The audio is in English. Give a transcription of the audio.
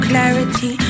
Clarity